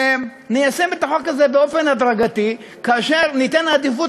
ניישם את החוק הזה באופן הדרגתי וניתן עדיפות